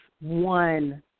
one